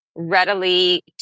Readily